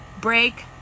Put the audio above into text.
Break